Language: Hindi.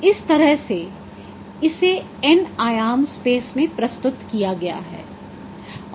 इस तरह से इसे n आयाम स्पेस में प्रस्तुत किया है